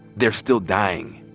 they're still dying.